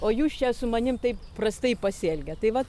o jūs čia su manim taip prastai pasielgėt tai vat